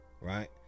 right